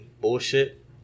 bullshit